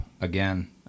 again